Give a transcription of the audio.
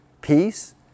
peace